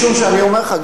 משום שאני אומר לך,